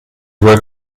work